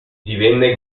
divenne